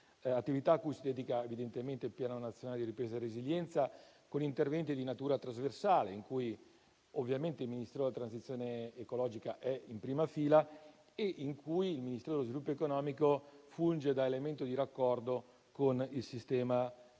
l'attività cui si dedica evidentemente il Piano nazionale di ripresa e resilienza con interventi di natura trasversale in cui il Ministero della transizione ecologica è ovviamente in prima fila e il Ministero dello sviluppo economico funge da elemento di raccordo con il sistema industriale